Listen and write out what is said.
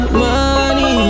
money